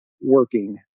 working